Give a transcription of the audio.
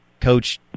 Coach